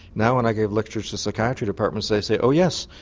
now when i give lectures to psychiatry departments they say oh yes,